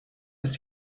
ist